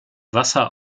wasser